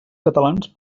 catalans